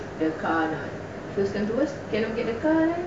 who's going to us